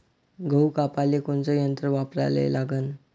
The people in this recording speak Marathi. गहू कापाले कोनचं यंत्र वापराले लागन?